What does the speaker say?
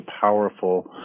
powerful